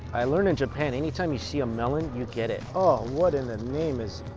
i learned in japan any time you see a melon, you get it oh, what in the name is.